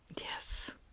Yes